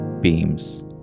Beams